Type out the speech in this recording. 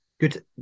good